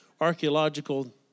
archaeological